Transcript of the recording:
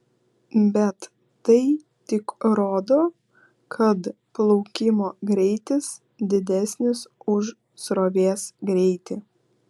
bet tai tik rodo kad plaukimo greitis didesnis už srovės greitį